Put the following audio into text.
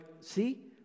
see